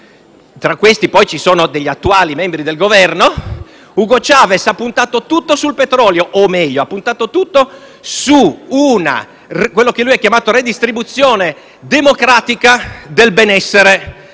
tra quelli ci sono degli attuali membri del Governo - ha puntato tutto sul petrolio; o meglio, ha puntato tutto su quella che lui ha chiamato redistribuzione democratica del benessere